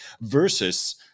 versus